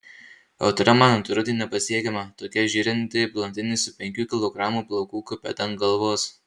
audra man atrodė nepasiekiama tokia žėrinti blondinė su penkių kilogramų plaukų kupeta ant galvos